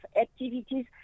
activities